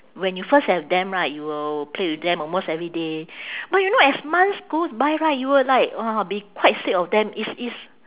when you first have them right you will play with them almost every day but you know as months goes by right you will like uh be quite sick of them it's it's